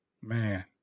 man